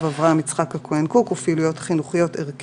אברהם יצחק הכהן קוק ופעילויות חינוכיות-ערכיות,